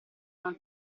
non